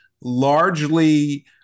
largely